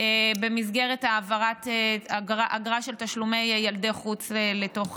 במסגרת העברת אגרה של תשלומי ילדי חוץ לתוך